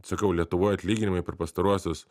sakau lietuvoj atlyginimai per pastaruosius